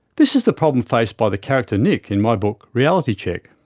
this is the problem faced by the character nick in my book, reality check.